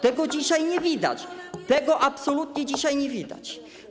Tego dzisiaj nie widać, tego absolutnie dzisiaj nie widać.